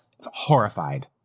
horrified